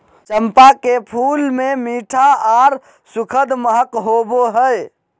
चंपा के फूल मे मीठा आर सुखद महक होवो हय